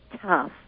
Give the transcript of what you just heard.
tough